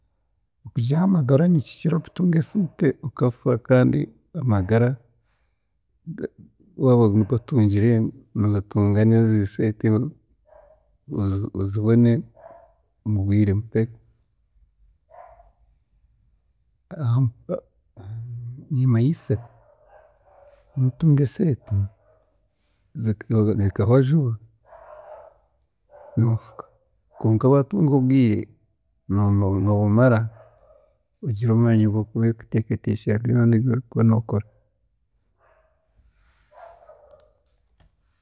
Okugira amagara nikikira okutunga eseete okafa kandi amagara ga- waaba nigo otungire, noogatunga n'ezo seete ozi- ozibone omu bwire aha niimanyisa waatunga eseete zika ekahwa juba noofuka konka waatunga obwire noomara ogira amaani g'okuteekateekyera byona ebyorikuba nookora.